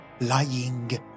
lying